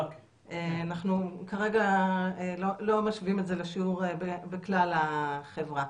אנחנו כרגע לא משווים את זה לשיעור בכלל החברה.